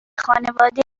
خانواده